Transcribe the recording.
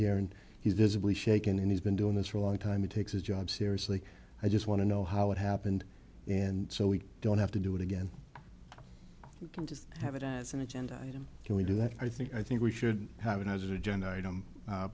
here and he's visibly shaken and he's been doing this for a long time he takes his job seriously i just want to know how it happened and so we don't have to do it again you can just have it as an agenda item can we do that i think i think we should have and i was agenda item